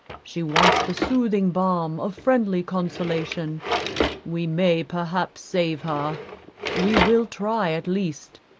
she wants the soothing balm of friendly consolation we may perhaps save her we will try at least.